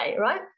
right